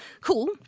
cool